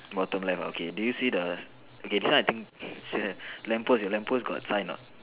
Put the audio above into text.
bottom left ah okay do you see the okay this one I think still have lamppost your lamppost got sign or not